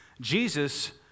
Jesus